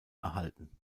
erhalten